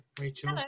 Rachel